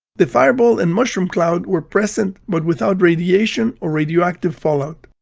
the fireball and mushroom cloud were present but without radiation or radioactive fallout.